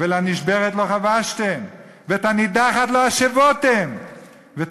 ולנשברת לא חבשתם ואת הנדחת לא השבתם ואת